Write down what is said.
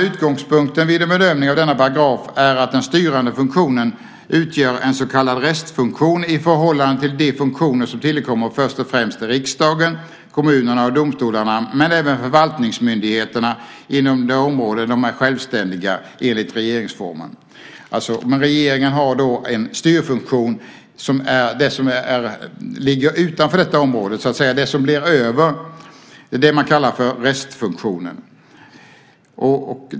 Utgångspunkten vid en bedömning av denna paragraf är att den styrande funktionen utgör en så kallad restfunktion i förhållande till de funktioner som tillkommer först och främst riksdagen, kommunerna och domstolarna men även förvaltningsmyndigheterna inom de områden där dessa är självständiga enligt regeringsformen. Regeringen har en styrfunktion som gäller det som ligger utanför detta område. Det är det som blir över som kallas för restfunktionen.